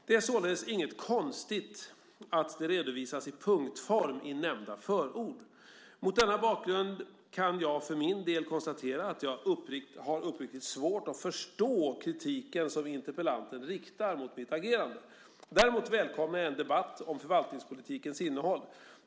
Det är således inget konstigt att de redovisas i punktform i nämnda förord. Mot denna bakgrund kan jag för min del konstatera att jag har uppriktigt svårt att förstå kritiken som interpellanten riktar mot mitt agerande. Däremot välkomnar jag en debatt om förvaltningspolitikens innehåll.